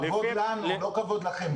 לא כבוד לכם.